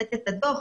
לתת את הדוח,